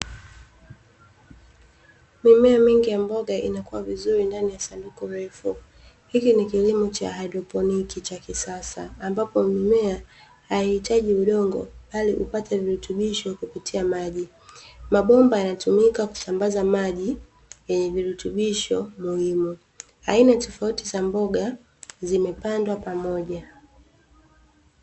Mimea mingi ya mboga inakua vizuri ndani ya sanduku refu. Hiki ni kilimo cha haidroponi cha kisasa, ambapo mimea haihitaji udongo, bali hupata virutubisho kupitia maji. Mabomba yanatumika kusambaza maji yenye virutubisho muhimu. Aina tofauti za mboga zimepandwa pamoja.